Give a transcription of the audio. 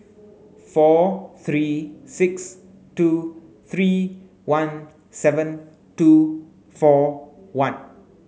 four three six two three one seven two four one